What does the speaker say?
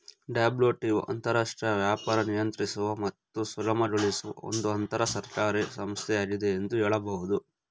WTO ಅಂತರರಾಷ್ಟ್ರೀಯ ವ್ಯಾಪಾರ ನಿಯಂತ್ರಿಸುವ ಮತ್ತು ಸುಗಮಗೊಳಿಸುವ ಒಂದು ಅಂತರಸರ್ಕಾರಿ ಸಂಸ್ಥೆಯಾಗಿದೆ ಎಂದು ಹೇಳಬಹುದು